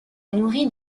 nourrit